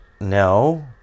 No